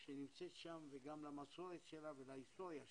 שנמצאת שם וגם למסורת שלה ולהיסטוריה שלה.